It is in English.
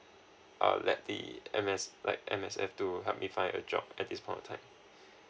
uh let the M S like M_S_F to help me find a job at this point of time